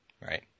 right